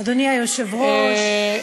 אדוני היושב-ראש,